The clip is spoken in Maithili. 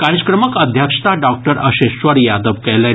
कार्यक्रमक अध्यक्षता डॉक्टर अशेश्वर यादव कयलनि